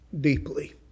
deeply